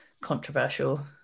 controversial